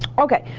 okay,